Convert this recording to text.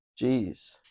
Jeez